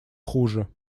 хуже